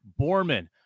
Borman